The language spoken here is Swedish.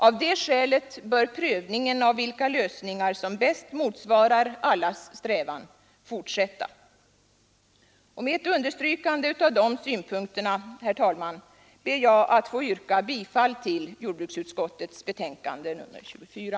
Av det skälet bör prövningen av vilka lösningar som bäst motsvarar allas strävan fortsätta. Med understrykande av dessa synpunkter ber jag, herr talman, att få yrka bifall till jordbruksutskottets hemställan i betänkandet nr 24.